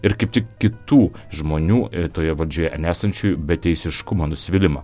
ir kaip tik kitų žmonių toje valdžioje nesančiųjų beteisiškumo nusivylimą